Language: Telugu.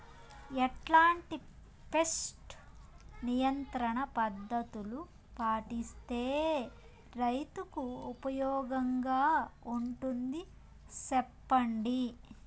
ఎట్లాంటి పెస్ట్ నియంత్రణ పద్ధతులు పాటిస్తే, రైతుకు ఉపయోగంగా ఉంటుంది సెప్పండి?